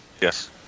yes